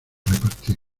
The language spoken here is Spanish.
repartir